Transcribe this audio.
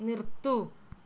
നിർത്തൂ